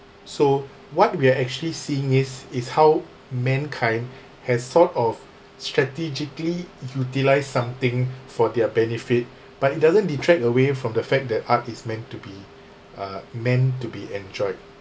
so what we're actually seeing is is how mankind has sort of strategically utilised something for their benefit but it doesn't detract away from the fact that art is meant to be uh meant to be enjoyed